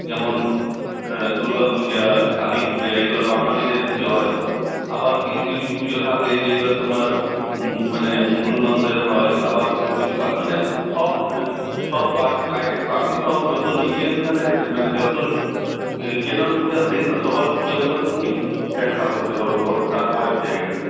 যেমন দুর্গাপূজা কালীপূজা এইগুলা বাঙালিদের পুজো হয় আবার কিছু কিছু পূজো থাকে যেগুলা তোমার মানে মুসলমানদের হয় আবার কিছু কিছু বা মানে সব সব বাইরে বাইরে বাকি সব যত রিজিয়ন থাকে মানে যত রিজিয়নাল পূজা সেইগুলো সবার পূজাগুলোকে তুমি ব্যাখ্যা করতে পারো পর তার পরের জায়গাটাতে